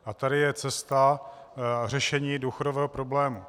A tady je cesta řešení důchodového problému.